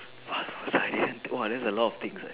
!wah! !wahseh! !wah! that's a lot of things eh